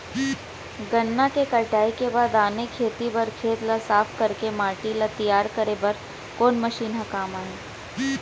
गन्ना के कटाई के बाद आने खेती बर खेत ला साफ कर के माटी ला तैयार करे बर कोन मशीन काम आही?